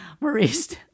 Maurice